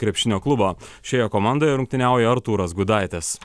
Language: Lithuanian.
krepšinio klubo šioje komandoje rungtyniauja artūras gudaitis